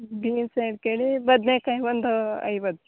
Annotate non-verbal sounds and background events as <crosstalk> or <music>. beans ಎರಡು <unintelligible> ಬದ್ನೇಕಾಯಿ ಒಂದು ಐವತ್ತು